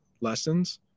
lessons